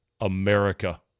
America